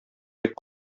бик